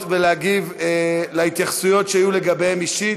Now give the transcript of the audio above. ולהגיב על התייחסות שהיו לגביהם אישית,